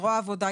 זרוע העבודה,